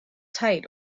tight